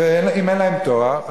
ואם אין להם תואר,